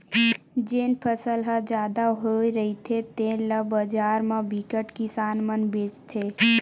जेन फसल ह जादा होए रहिथे तेन ल बजार म बिकट किसान मन बेचथे